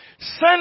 Send